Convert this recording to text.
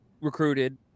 recruited